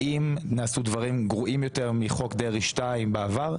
האם נעשו דברים גרועים יותר מחוק דרעי 2 בעבר?